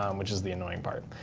um which is the annoying part.